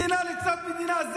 מדינה לצד מדינה.